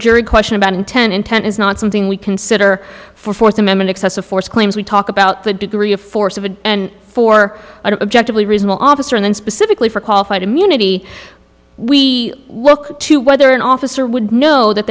jury question about intent intent is not something we consider for fourth amendment excessive force claims we talk about the degree of force of a and for an objective a reasonable officer and specifically for qualified immunity we look to whether an officer would know that